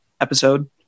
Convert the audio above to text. episode